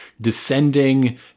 descending